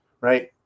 Right